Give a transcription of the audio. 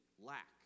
lack